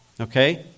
Okay